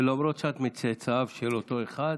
ולמרות שאת מצאצאיו של אותו אחד,